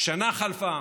שנה חלפה,